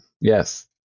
Yes